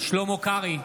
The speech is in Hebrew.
שלמה קרעי,